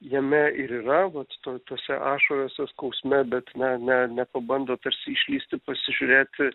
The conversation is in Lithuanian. jame ir yra vat to tose ašarose skausme bet ne ne nepabando tarsi išlįsti pasižiūrėti